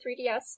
3DS